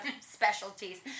specialties